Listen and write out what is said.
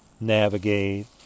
navigate